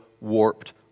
warped